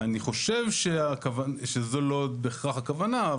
אני חושב שזו לא בהכרח הכוונה,